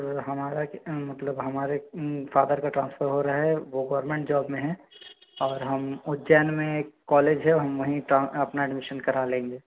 तो हमारा मतलब हमारे फादर का ट्रांसफ़र हो रहा है वह गवर्नमेंट जॉब में हैं और हम उज्जैन में एक कॉलेज है हम वहीं अपना एडमिशन करा लेंगे